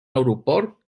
aeroport